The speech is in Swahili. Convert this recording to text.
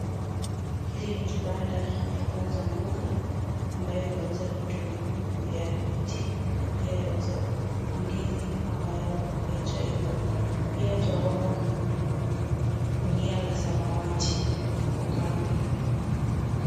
Hili ni kibanda ya kuuza mboga ambayo inauza vitunguu vya miti na pia yauza ndizi ambayo haijaiva. Pia twaona gunia la samawati hapo kando.